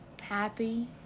happy